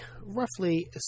roughly